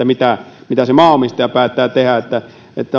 mitä se maanomistaja päättää tehdä niin että